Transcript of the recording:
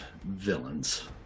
villains